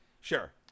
Sure